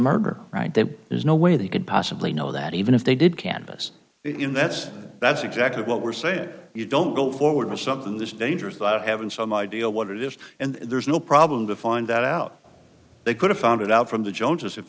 murder right there there's no way they could possibly know that even if they did canvass it in that's that's exactly what we're saying you don't go forward with something this dangerous but having some idea what it is and there's no problem to find out they could have found it out from the joneses if